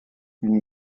une